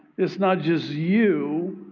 it's not just you